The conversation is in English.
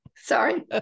Sorry